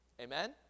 Amen